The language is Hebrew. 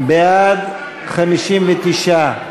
בעד, 59,